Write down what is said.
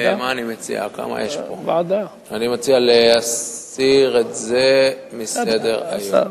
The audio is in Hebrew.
אני מציע להסיר את זה מסדר-היום.